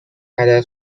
عدد